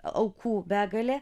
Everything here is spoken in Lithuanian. aukų begalė